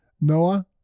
Noah